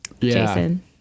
Jason